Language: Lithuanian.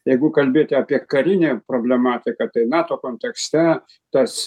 jeigu kalbėti apie karinę problematiką tai nato kontekste tas